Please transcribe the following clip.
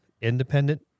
independent